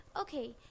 Okay